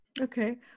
Okay